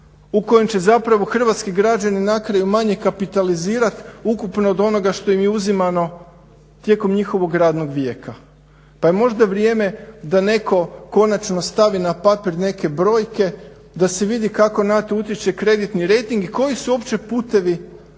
u kojem će zapravo hrvatski građani na kraju manje kapitalizirati ukupno od onoga što im je uzimano tijekom njihovog radnog vijeka. Pa je možda vrijeme da neko konačno stavi na papir neke brojke, da se vidi kako na to utječe kreditni rejting i koji su uopće putevi